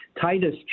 Titus